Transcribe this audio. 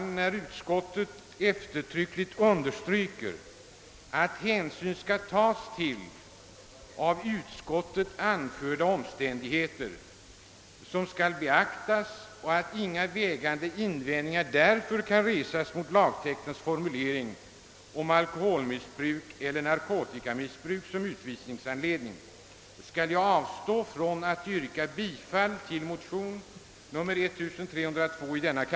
Eftersom utskottet eftertryckligt understryker att hänsyn skall tas till av utskottet anförda omständigheter och att inga vägande invändningar därför kan resas mot lagtextens formulering om alkoholmissbruk eller narkotikamissbruk som utvisningsanledning, skall jag avstå från att yrka bifall till motionen II: 1302.